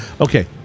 okay